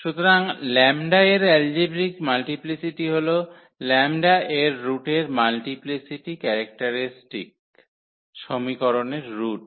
সুতরাং λ এর algebraic multiplicity হল λ এর রুটের মাল্টিপ্লিসিটি ক্যারেক্টারিস্টিক সমীকরণের রুট